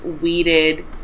weeded